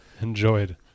Enjoyed